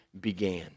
began